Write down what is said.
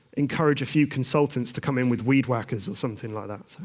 encourage a few consultants to come in with weed-whackers, or something like that.